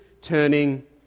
turning